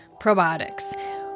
Probiotics